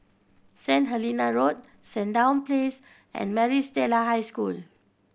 Saint Helena Road Sandown Place and Maris Stella High School